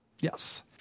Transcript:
Yes